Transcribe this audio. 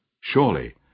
Surely